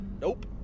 Nope